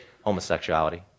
Homosexuality